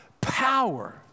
power